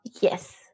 yes